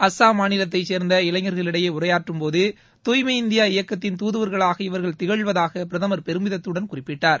அஸ்ஸாம் மாநிலத்தைச் சேர்ந்த இளைஞர்களிடையே உரையாற்றும்போது தூய்மை இந்தியா இயக்கத்தின் தூதுவர்களாக இவர்கள் திகழ்வதாக பிரதமர் பெருமிதத்துடன் குறிப்பிட்டார்